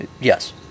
Yes